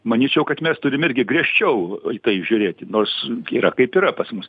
manyčiau kad mes turim irgi griežčiau į tai žiūrėti nors yra kaip yra pas mus